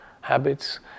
habits